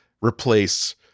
replace